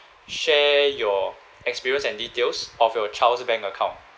share your experience and details of your child's bank account